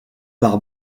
par